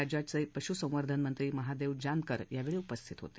राज्याचे पशु संवर्धन मंत्री महादेव जानकर यावेळी उपस्थित होते